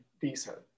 decent